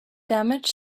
damage